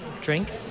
drink